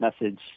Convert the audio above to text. message